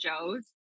Joe's